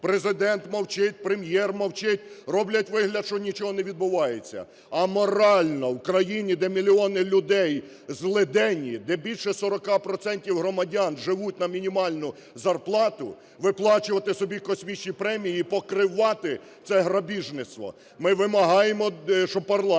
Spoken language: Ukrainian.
Президент мовчить, Прем’єр мовчить, роблять вигляд, що нічого не відбувається. Аморально в країні, де мільйони людей злиденні, де більше 40 процентів громадян живуть на мінімальну зарплату, виплачувати собі космічні премії і покривати це грабіжництво. Ми вимагаємо, щоб парламент